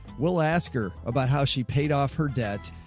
we'll ask her about how she paid off her debt.